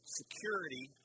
security